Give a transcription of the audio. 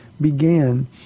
began